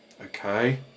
Okay